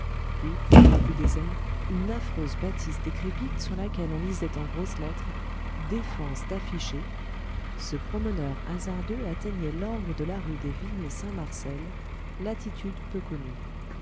puis au plus désert une affreuse bâtisse décrépite sur laquelle on lisait en grosses lettres defense d'afficher ce promeneur hasardeux atteignait l'angle de la rue des vignes saint marcel latitudes peu connues